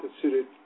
considered